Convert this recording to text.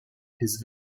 his